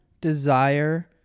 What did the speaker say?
desire